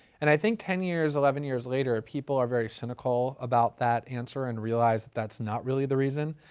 and i think ten years, eleven years later, people are very cynical about that answer and realize that's not really the reason.